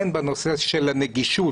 הן בנושא הנגישות,